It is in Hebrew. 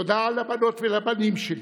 תודה לבנות ולבנים שלי,